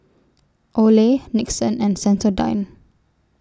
Olay Nixon and Sensodyne